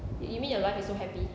you mean your life is so happy